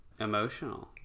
emotional